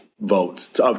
votes